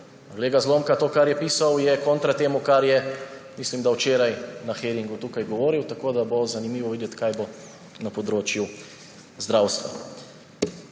Glej ga, zlomka, to, kar je pisal, je kontra temu, kar je, mislim, da včeraj, na hearingu tukaj govoril. Tako da bo zanimivo videti, kaj bo na področju zdravstva.